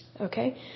Okay